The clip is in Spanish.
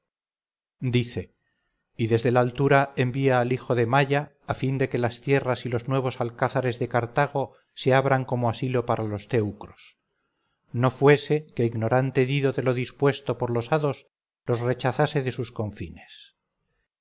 dice y desde la altura envía al hijo de maya a fin de que las tierras y los nuevos alcázares de cartago se abran como asilo para los teucros no fuese que ignorante dido de lo dispuesto por los hados los rechazase de sus confines